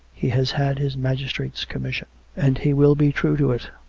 he has had his magistrate's commission and he will be true to it.